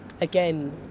again